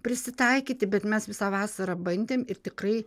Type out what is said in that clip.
prisitaikyti bet mes visą vasarą bandėm ir tikrai